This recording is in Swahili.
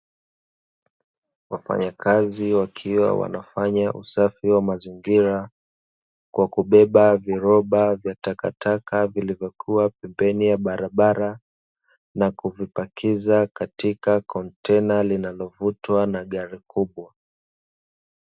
Wafanyakazi wakiwa wanafanya usafi wa mazingira kwa kubeba viroba vya takataka, vilivyokua pembeni ya barabara na kuvipakiza kwenye kontena linalovutwa na gari kubwa.